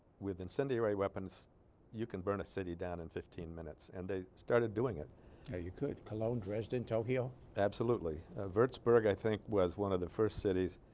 with incendiary weapons you can bring a city down in fifteen minutes and they started doing it yeah you could cologne dresden tokyo absolutely wurzburg i think was one of the first cities